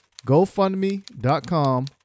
gofundme.com